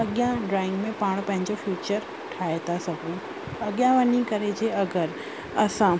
अॻियां ड्रॉइंग में पाण पंहिंजो फ्यूचर ठाहे था सघूं अॻियां वञी करे जंहिं अगरि असां